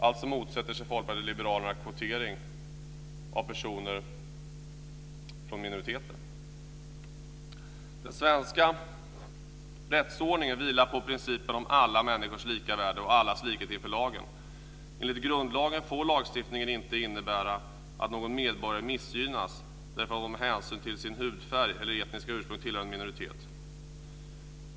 Alltså motsätter sig Folkpartiet liberalerna kvotering av personer från minoriteter. Den svenska rättsordningen vilar på principen om alla människors lika värde och allas likhet inför lagen. Enligt grundlagen får lagstiftningen inte innebära att någon medborgare missgynnas för att hon med hänsyn till sin hudfärg eller sitt etniska ursprung tillhör en minoritet.